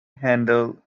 handle